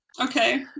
Okay